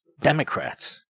Democrats